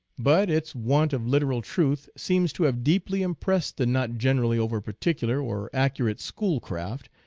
but its want of literal truth seems to have deeply impressed the not generally over particular or accurate schoolcraft,